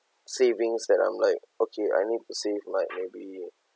savings that I'm like okay I need to save like maybe